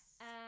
yes